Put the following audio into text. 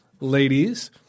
ladies